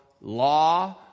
law